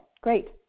great